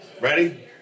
Ready